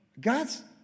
God's